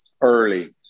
early